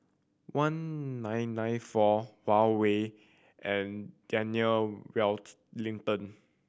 one nine nine four Huawei and Daniel